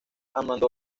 armando